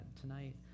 tonight